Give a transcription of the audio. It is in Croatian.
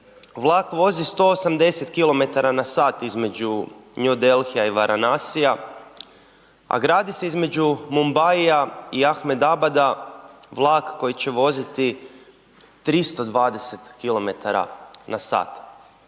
vlak vozi 180 km/h između New Delhija i Varanasia, a gradi se između Mumbaia i Ahmedabada vlak koji će voziti 320 km/h.